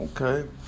Okay